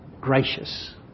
Gracious